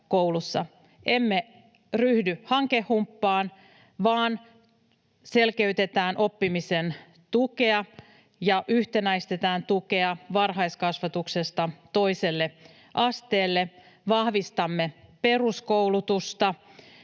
Emme ryhdy hankehumppaan, vaan selkeytetään oppimisen tukea ja yhtenäistetään tukea varhaiskasvatuksesta toiselle asteelle. Vahvistamme peruskoulutusta